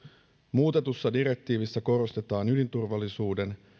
muutetussa direktiivissä korostetaan ydinturvallisuuden